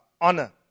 honor